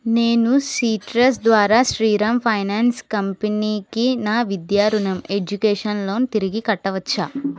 నేను సిట్రస్ ద్వారా శ్రీరామ్ ఫైనాన్స్ కంపెనీకి నా విద్యా రుణం ఎడ్యుకేషన్ లోన్ తిరిగి కట్టవచ్చా